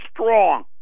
strong